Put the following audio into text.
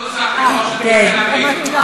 זה אותו נוסח כמו של טומי לפיד.